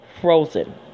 Frozen